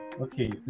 Okay